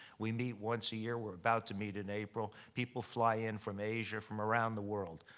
we meet once a year. we're about to meet in april. people fly in from asia, from around the world.